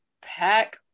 pack